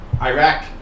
Iraq